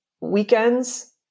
weekends